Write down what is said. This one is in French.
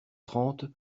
trente